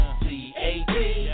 T-A-T